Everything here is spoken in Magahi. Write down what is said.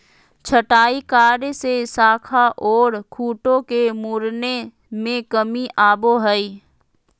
छंटाई कार्य से शाखा ओर खूंटों के मुड़ने में कमी आवो हइ